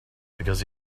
because